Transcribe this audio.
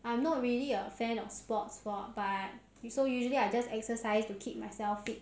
I'm not really a fan of sports but so usually I just exercise to keep myself fit